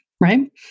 Right